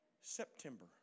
September